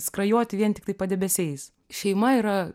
skrajoti vien tiktai padebesiais šeima yra